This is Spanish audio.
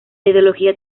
ideología